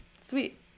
Sweet